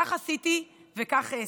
כך עשיתי וכך אעשה.